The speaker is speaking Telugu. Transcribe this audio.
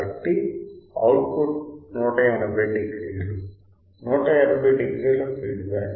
కాబట్టి అవుట్పుట్ 180 డిగ్రీలు 180 డిగ్రీల ఫీడ్ బ్యాక్